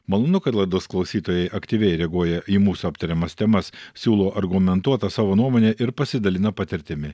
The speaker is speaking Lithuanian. malonu kad laidos klausytojai aktyviai reaguoja į mūsų aptariamas temas siūlo argumentuotą savo nuomonę ir pasidalina patirtimi